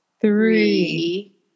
three